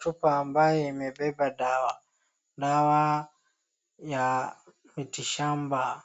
Chupa ambayo imebeba dawa ya miti shamba,